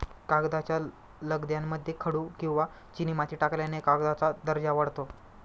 कागदाच्या लगद्यामध्ये खडू किंवा चिनीमाती टाकल्याने कागदाचा दर्जा वाढतो